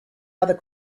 other